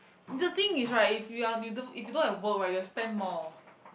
the thing is right if you are you don't if you don't have work right you will spend more